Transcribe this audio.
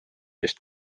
eest